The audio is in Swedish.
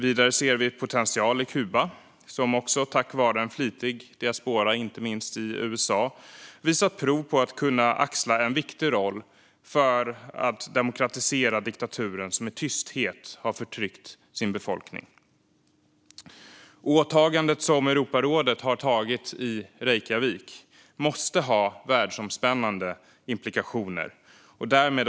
Vidare ser vi potential i Kuba, som också tack vare en flitig diaspora i inte minst USA visat prov på att kunna axla en viktig roll för att demokratisera diktaturen som i tysthet har förtryckt sin befolkning. Europarådets åtagande i Reykjavík måste få världsomspännande implikationer.